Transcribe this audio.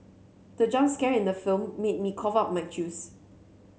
the jump scare in the film made me cough out my juice